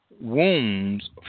Wounds